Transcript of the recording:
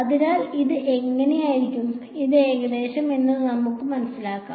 അതിനാൽ ഇത് അങ്ങനെയാകും ഇത് ഏകദേശം എന്ന് നമുക്ക് മനസ്സിലാക്കാം